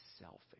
selfish